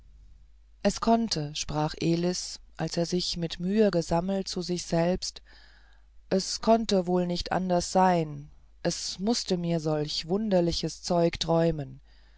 es konnte sprach elis als er sich mit mühe gesammelt zu sich selbst es konnte wohl nicht anders sein es mußte mir solch wunderliches zeug träumen